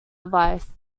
device